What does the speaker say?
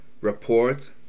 report